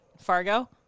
Fargo